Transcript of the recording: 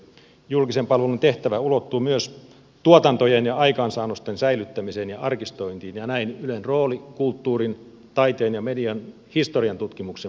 julkisen palvelun tehtävä ulottuu myös tuotantojen ja aikaansaannosten säilyttämiseen ja arkistointiin ja näin ylen rooli kulttuurin taiteen ja median historiantutkimuksen mahdollistajana vahvistuu